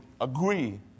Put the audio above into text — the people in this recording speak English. agree